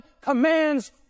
commands